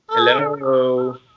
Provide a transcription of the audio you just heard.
hello